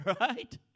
Right